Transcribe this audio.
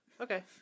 Okay